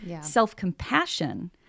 Self-compassion